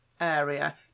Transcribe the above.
area